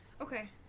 Okay